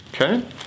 Okay